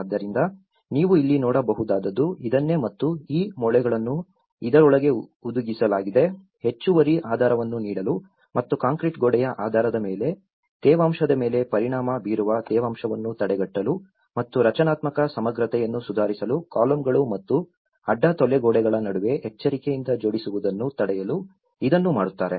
ಆದ್ದರಿಂದ ನೀವು ಇಲ್ಲಿ ನೋಡಬಹುದಾದದ್ದು ಇದನ್ನೇ ಮತ್ತು ಈ ಮೊಳೆಗಳನ್ನು ಇದರೊಳಗೆ ಹುದುಗಿಸಲಾಗಿದೆ ಹೆಚ್ಚುವರಿ ಆಧಾರವನ್ನು ನೀಡಲು ಮತ್ತು ಕಾಂಕ್ರೀಟ್ ಗೋಡೆಯ ಆಧಾರದ ಮೇಲೆ ತೇವಾಂಶದ ಮೇಲೆ ಪರಿಣಾಮ ಬೀರುವ ತೇವಾಂಶವನ್ನು ತಡೆಗಟ್ಟಲು ಮತ್ತು ರಚನಾತ್ಮಕ ಸಮಗ್ರತೆಯನ್ನು ಸುಧಾರಿಸಲು ಕಾಲಮ್ಗಳು ಮತ್ತು ಅಡ್ಡ ತೊಲೆ ಗೋಡೆಗಳ ನಡುವೆ ಎಚ್ಚರಿಕೆಯಿಂದ ಜೋಡಿಸುವುದನ್ನು ತಡೆಯಲು ಇದನ್ನು ಮಾಡುತ್ತಾರೆ